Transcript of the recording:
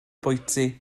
bwyty